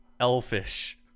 elfish